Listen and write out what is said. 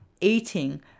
eating